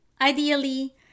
Ideally